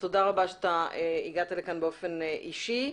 תודה רבה שהגעת באופן אישי.